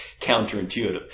counterintuitive